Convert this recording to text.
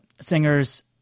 singers